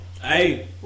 Hey